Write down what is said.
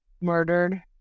murdered